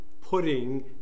putting